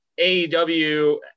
AEW